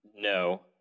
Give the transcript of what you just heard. no